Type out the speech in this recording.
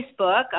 Facebook